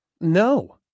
no